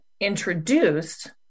introduced